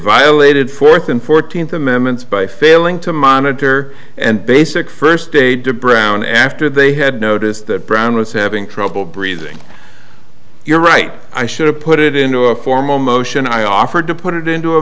violated fourth and fourteenth amendments by failing to monitor and basic first aid to brown after they had noticed that brown was having trouble breathing you're right i should have put it into a formal motion i offered to put it into a